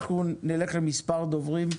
אנחנו נלך למספר דוברים.